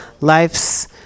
life's